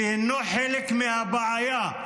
שהינו חלק מהבעיה,